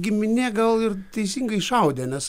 giminė gal ir teisingai šaudė nes